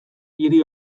hiri